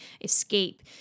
escape